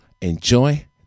enjoy